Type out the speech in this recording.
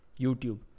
YouTube